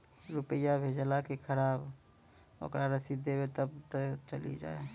रुपिया भेजाला के खराब ओकरा रसीद देबे तबे कब ते चली जा?